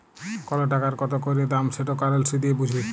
call টাকার কত ক্যইরে দাম সেট কারেলসি দিঁয়ে বুঝি